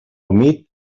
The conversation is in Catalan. humit